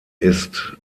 ist